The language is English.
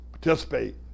participate